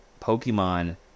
Pokemon